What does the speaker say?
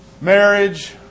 marriage